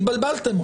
התבלבלתם,